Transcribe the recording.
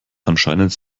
anscheinend